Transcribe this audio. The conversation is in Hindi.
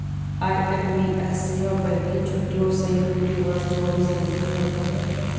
आई.एम.पी.एस सेवा बैंक की छुट्टियों सहित पूरे वर्ष चौबीस घंटे उपलब्ध है